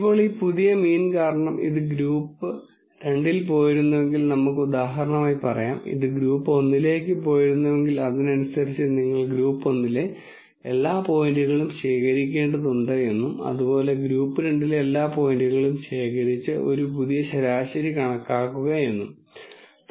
ഇപ്പോൾ ഈ പുതിയ മീൻ കാരണം ഇത് ഗ്രൂപ്പ് 2 ൽ പോയിരുന്നുവെങ്കിൽ നമുക്ക് ഉദാഹരണമായി പറയാം ഇത് ഗ്രൂപ്പ് 1 ലേക്ക് പോയിരുന്നുവെങ്കിൽ അതിനനുസരിച്ച് നിങ്ങൾ ഗ്രൂപ്പ് 1 ലെ എല്ലാ പോയിന്റുകളും ശേഖരിക്കേണ്ടതുണ്ട് എന്നും അതുപോലെ ഗ്രൂപ്പ് 2 ലെ എല്ലാ പോയിന്റുകളും ശേഖരിച്ച് ഒരു പുതിയ ശരാശരി കണക്കാക്കുക എന്നും